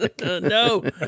No